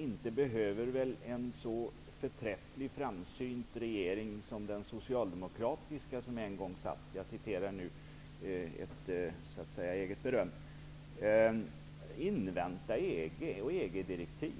Inte behöver väl en så förträffligt framsynt regering som den socialdemokratiska som vi en gång hade -- jag citerar nu ett eget beröm -- invänta EG-direktiv